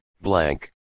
blank